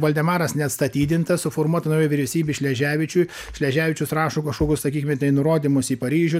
voldemaras neatstatydintas suformuota nauja vyriausybė šleževičiui šleževičius rašo kažkokius sakykime tai nurodymus į paryžių